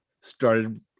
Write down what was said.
started